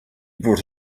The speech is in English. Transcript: brought